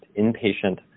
inpatient